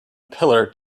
pillar